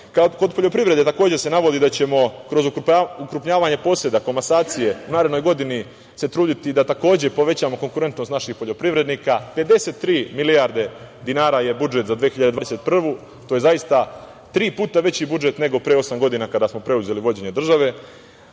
poljoprivrede takođe se navodi da ćemo kroz ukrupnjavanje poseda, komasacije u narednoj godini se truditi da takođe povećamo konkurentnost naših poljoprivrednika. Pedeset tri milijarde dinara je budžet za 2021. godinu. To je zaista tri puta veći budžet nego pre osam godina kada smo preuzeli vođenje države. Da